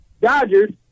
Dodgers